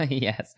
Yes